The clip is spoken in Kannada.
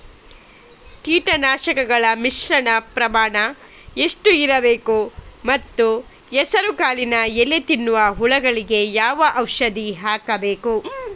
ಕೀಟನಾಶಕಗಳ ಮಿಶ್ರಣ ಪ್ರಮಾಣ ಎಷ್ಟು ಇರಬೇಕು ಮತ್ತು ಹೆಸರುಕಾಳಿನ ಎಲೆ ತಿನ್ನುವ ಹುಳಗಳಿಗೆ ಯಾವ ಔಷಧಿ ಹಾಕಬೇಕು?